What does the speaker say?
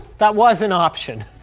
that was an option.